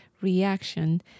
reaction